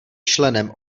členem